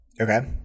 Okay